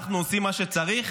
אנחנו עושים מה שצריך,